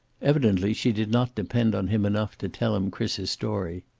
evidently she did not depend on him enough to tell him chris's story.